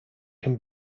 can